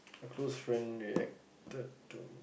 a close friend reacted to